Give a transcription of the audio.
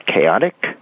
Chaotic